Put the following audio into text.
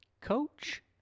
Coach